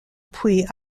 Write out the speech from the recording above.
puis